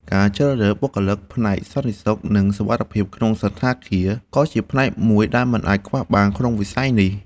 ការជ្រើសរើសបុគ្គលិកផ្នែកសន្តិសុខ និងសុវត្ថិភាពក្នុងសណ្ឋាគារក៏ជាផ្នែកមួយដែលមិនអាចខ្វះបានក្នុងវិស័យនេះ។